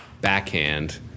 backhand